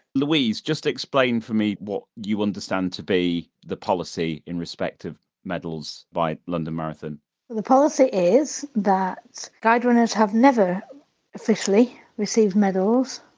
louise, just explain for me what you understand to be the policy in respect of medals by london marathon the policy is that guide runners have never officially received medals.